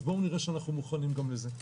אז בואו נראה שאנחנו מוכנים גם לזה.